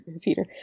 Peter